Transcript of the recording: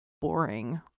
boring